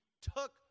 took